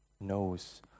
knows